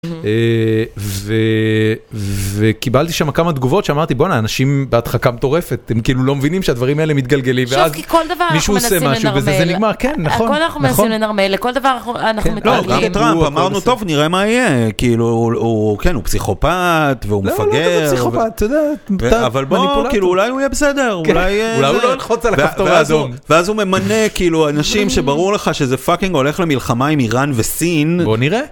וקיבלתי שם כמה תגובות שאמרתי בואנה אנשים בהדחקה מטורפת הם כאילו לא מבינים שהדברים האלה מתגלגלים, שוב כי כל דבר אנחנו מנסים לנרמל, ואז מישהו עושה משהו ובזה זה נגמר כן נכון, הכל אנחנו מנסים לנרמל לכל דבר אנחנו מתרגלים, גם בטראמפ אמרנו טוב נראה מה יהיה כאילו הוא כן הוא פסיכופת והוא מפגר, לא לא כזה פסיכופת מניפולטור, אבל בוא אולי הוא יהיה בסדר, אולי הוא לא ילחץ על הכפתור האדום, ואז הוא ממנה כאילו אנשים ברור לך שזה פאקינג הולך למלחמה עם איראן וסין.